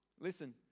Listen